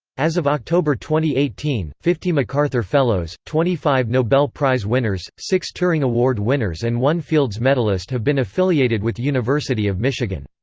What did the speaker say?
as of october eighteen, fifty macarthur fellows, twenty five nobel prize winners, six turing award winners and one fields medalist have been affiliated with university of michigan.